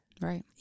Right